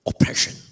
oppression